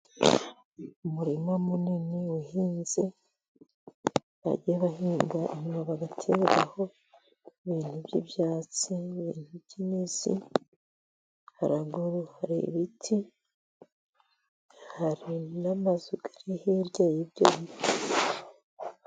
Umurima munini abahinzi bajya bahinga inyuma bagatereraho ibintu by'ibyatsi. Haraguru hari ibiti hari n'amazu ari hirya y'ibyo biti.